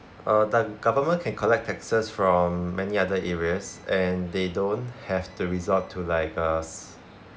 uh the government can collect taxes from many other areas and they don't have to result to like uh